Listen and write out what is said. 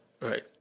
Right